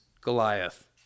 Goliath